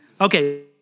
Okay